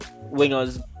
winger's